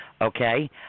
okay